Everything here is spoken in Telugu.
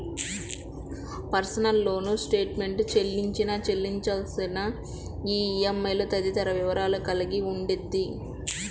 పర్సనల్ లోన్ స్టేట్మెంట్ చెల్లించిన, చెల్లించాల్సిన ఈఎంఐలు తదితర వివరాలను కలిగి ఉండిద్ది